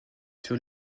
sur